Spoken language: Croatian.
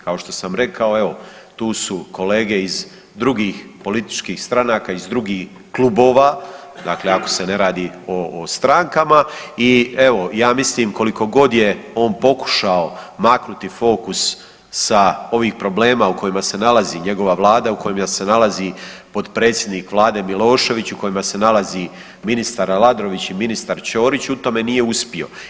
Kao što sam rekao tu su kolege iz drugih političkih stranaka, iz drugih klubova, dakle ako ne radi o strankama i evo ja mislim koliko god je on pokušao maknuti fokus sa ovih problema u kojima se nalazi njegova vlada, u kojima se nalazi potpredsjednik vlade Milošević, u kojima se nalazi ministar Aladrović i ministar Čorić, u tome nije uspio.